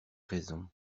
raison